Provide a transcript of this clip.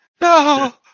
No